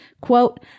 Quote